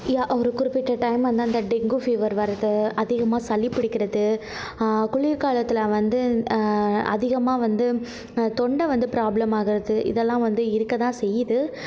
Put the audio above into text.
யா ஒரு குறிப்பிட்ட டைம் வந்து அந்த டெங்கு ஃபீவர் வருது அதிகமாக சளிப்பிடிக்கிறது குளிர்காலத்தில் வந்து அதிகமாக வந்து தொண்டை வந்து ப்ராப்ளம் ஆகிறது இதெல்லாம் வந்து இருக்கதான் செய்யுது